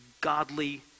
godly